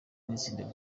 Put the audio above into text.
n’itsinda